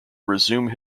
resume